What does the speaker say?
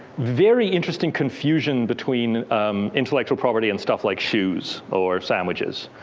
very interesting confusion between intellectual property and stuff like shoes or sandwiches.